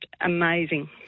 amazing